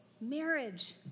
marriage